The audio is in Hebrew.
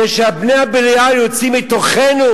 כשבני הבליעל יוצאים מתוכנו,